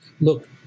look